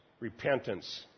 repentance